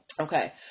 Okay